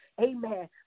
Amen